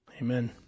Amen